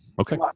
okay